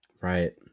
right